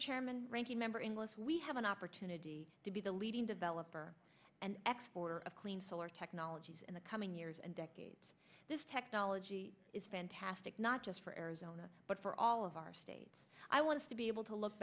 chairman ranking member unless we have an opportunity to be the leading developer and export of clean solar technologies in the coming years and decades this technology is fantastic not just for arizona but for all of our states i want to be able to look